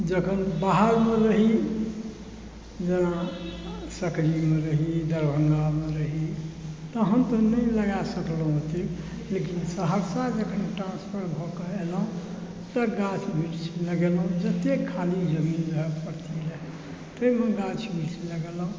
जखन बाहरमे रही जेना सकरीमे रही दरभंगामे रही तहन तऽ नहि लगा सकलहुँ ओते लेकिन सहरसा जखन ट्रांसफ़र भऽ कऽ एलहुँ तऽ गाछ वृक्ष लगेलहुँ जतय ख़ाली ज़मीन रहय परती रहय ताहिमे गाछ वृक्ष लगेलहुँ